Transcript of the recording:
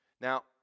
Now